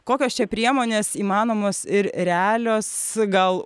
kokios čia priemonės įmanomos ir realios gal